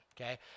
okay